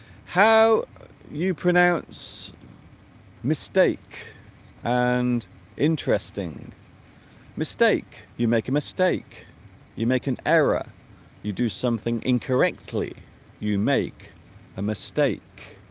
how you pronounce mistake and interesting mistake you make a mistake you make an error you do something incorrectly you make a mistake